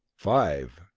five.